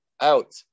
out